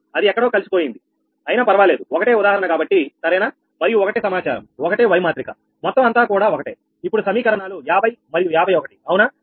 అది ఎక్కడో కలిసిపోయింది అయినా పర్వాలేదు ఒకటే ఉదాహరణ కాబట్టి సరేనా మరియు ఒకటే సమాచారం ఒకటే Y మాత్రిక మొత్తం అంతా కూడా ఒకటే ఇప్పుడు సమీకరణాలు 50 మరియు 51 అవునా